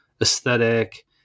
aesthetic